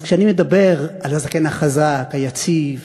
אז כשאני מדבר על הזקן החזק, היציב,